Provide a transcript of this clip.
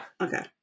okay